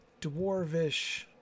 dwarvish